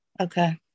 okay